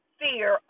fear